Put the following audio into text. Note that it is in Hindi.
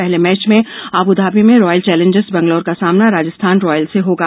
पहले मैच में आब्धाबी में रॉयल चैलेन्जेर्स बंगलोर का सामना राजस्थान रॉयल्स से होगा